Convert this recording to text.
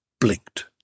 blinked